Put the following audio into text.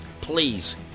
please